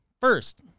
First